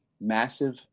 massive